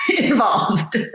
involved